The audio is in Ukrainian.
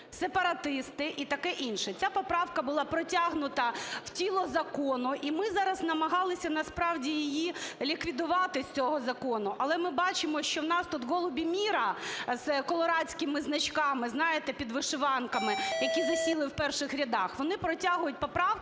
сепаратисти і таке інше. Ця поправка була протягнута в тіло закону, і ми зараз намагалися насправді її ліквідувати з цього закону. Але ми бачимо, що в нас тут "голуби мира" з колорадськими значками, знаєте, під вишиванками, які засіли в перших рядах, вони протягують поправки,